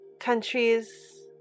Countries